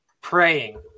praying